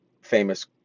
famous